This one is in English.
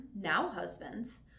now-husband's